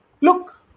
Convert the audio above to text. look